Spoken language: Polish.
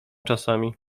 czasami